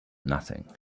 nothing